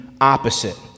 opposite